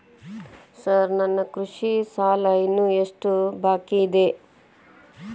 Sir ನನ್ನ ಕೃಷಿ ಸಾಲ ಇನ್ನು ಎಷ್ಟು ಬಾಕಿಯಿದೆ?